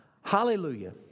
Hallelujah